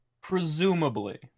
Presumably